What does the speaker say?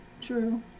true